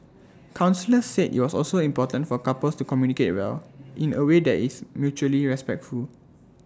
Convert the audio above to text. counsellors said IT was also important for couples to communicate well in away that is mutually respectful